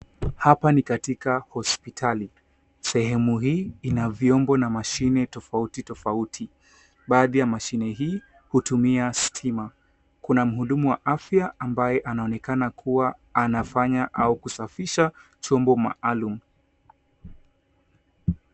hapa ni katika hospitali sehemu hii ina vyombo na mashini tofauti tofauti baadhi ya mashini hii hutumia stima kuna mhuduma wa afya ambaye anaonekana kuwa akifanya au kusafisha chombo maalum